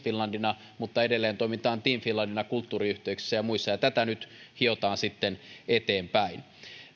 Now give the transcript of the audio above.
finlandina mutta edelleen toimitaan team finlandina kulttuuriyhteyksissä ja muissa ja tätä nyt hiotaan sitten eteenpäin